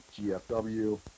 GFW